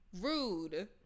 Rude